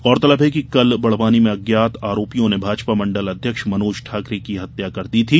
गौरतलब है कि कल बड़वानी में अज्ञात आरोपियों ने भाजपा मण्डल अध्यक्ष मनोज ठाकरे की हत्या कर दी थी